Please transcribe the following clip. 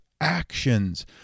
actions